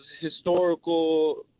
historical